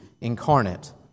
incarnate